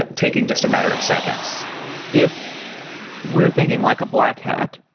taking just a matter of seconds if we're thinking like a black hat,